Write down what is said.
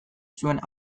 zuen